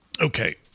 Okay